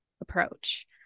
approach